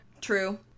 True